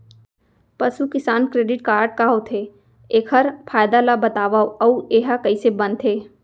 पसु Kisan credit card का होथे, एखर फायदा ला बतावव अऊ एहा कइसे बनथे?